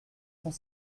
cent